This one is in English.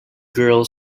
girl